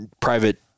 private